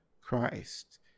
Christ